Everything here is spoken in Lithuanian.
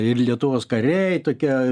ir lietuvos kariai tokie